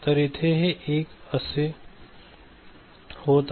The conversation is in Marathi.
तर इथे हे असे होत आहे